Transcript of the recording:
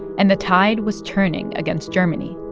and the tide was turning against germany.